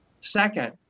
Second